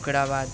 ओकरा बाद